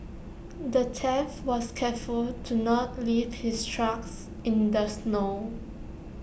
the thief was careful to not leave his tracks in the snow